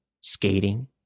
skating